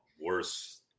worse